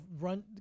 run